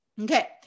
Okay